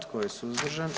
Tko je suzdržan?